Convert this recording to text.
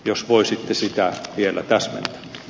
jos voisitte sitä vielä täsmentää